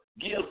Give